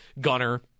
Gunner